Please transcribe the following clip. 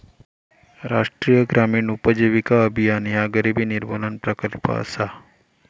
राष्ट्रीय ग्रामीण उपजीविका अभियान ह्या गरिबी निर्मूलन प्रकल्प असा